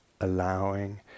allowing